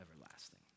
everlasting